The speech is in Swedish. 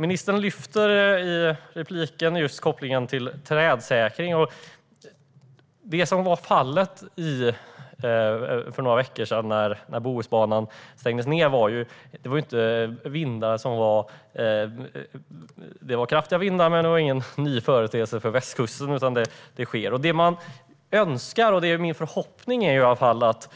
Ministern lyfter i sitt anförande fram kopplingen till trädsäkring. När Bohusbanan för några veckor sedan stängdes ned blåste det visserligen kraftiga vindar, men det var ingen ny företeelse för västkusten. Min förhoppning är att